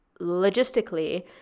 logistically